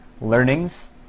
learnings